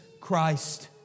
Christ